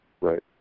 right